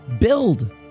build